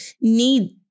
need